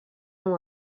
amb